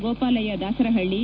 Gopalaiah Dasarahalli